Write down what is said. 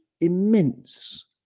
immense